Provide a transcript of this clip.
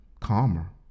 calmer